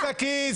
אל תצעקי.